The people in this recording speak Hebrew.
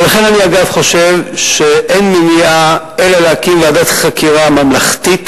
ולכן אני אגב חושב שאין מניעה מלהקים ועדת חקירה ממלכתית,